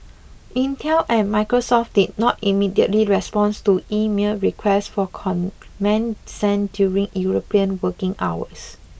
Intel and Microsoft did not immediately respond to emailed requests for comment sent during European working hours